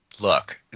Look